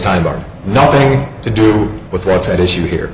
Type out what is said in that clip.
time are nothing to do with that's at issue here